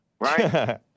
right